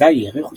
אזי העריכו